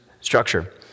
structure